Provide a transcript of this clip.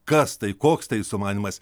kas tai koks tai sumanymas